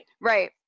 Right